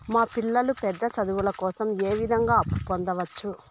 మా పిల్లలు పెద్ద చదువులు కోసం ఏ విధంగా అప్పు పొందొచ్చు?